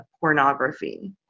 pornography